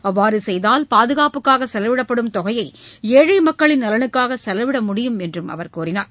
அவ்வாறு செய்தால் பாதுகாப்புக்காக செலவிடப்படும் தொகையை ஏழை மக்களின் நலனுக்காக செலவிட முடியும் என்றும் அவர் கூறினார்